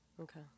Okay